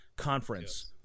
conference